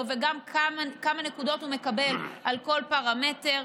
וגם כמה נקודות הוא מקבל על כל פרמטר.